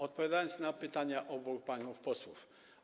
Odpowiadam na pytania obu panów posłów.